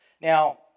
Now